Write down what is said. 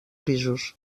pisos